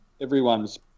everyone's